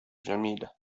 جميلة